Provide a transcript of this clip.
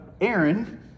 Aaron